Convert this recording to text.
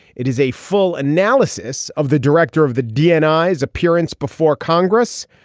it is a full analysis of the director of the dni his appearance before congress.